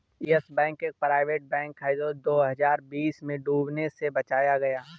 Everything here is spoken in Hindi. यस बैंक एक प्राइवेट बैंक है जो दो हज़ार बीस में डूबने से बचाया गया